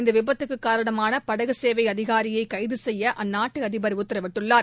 இந்த விபத்துக்கு காரணமான படகு சேவை அதிகாரியை கைது செய்ய அந்நாட்டு அதிபா் உத்தரவிட்டுள்ளார்